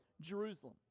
Jerusalem